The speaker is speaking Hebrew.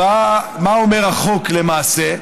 מה אומר החוק, למעשה?